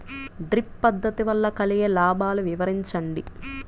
Drip పద్దతి వల్ల కలిగే లాభాలు వివరించండి?